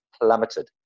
plummeted